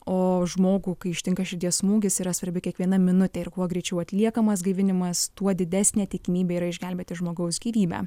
o žmogų kai ištinka širdies smūgis yra svarbi kiekviena minutė ir kuo greičiau atliekamas gaivinimas tuo didesnė tikimybė yra išgelbėti žmogaus gyvybę